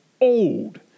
old